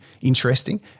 interesting